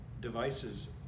devices